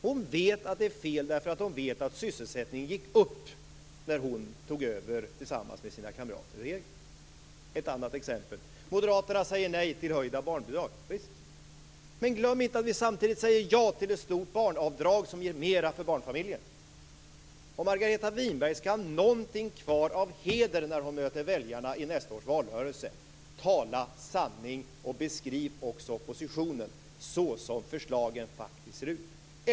Hon vet att det är fel därför att hon vet att sysselsättningen gick upp när hon tog över tillsammans med sina kamrater i regeringen. Ett annat exempel: Moderaterna säger nej till höjda barnbidrag - visst. Men glöm inte att vi samtidigt säger ja till ett stort barnavdrag som ger mera till barnfamiljerna. Om Margareta Winberg skall ha någonting kvar av heder när hon möter väljarna i nästa års valrörelse - tala sanning och beskriv också oppositionen såsom förslagen faktiskt ser ut!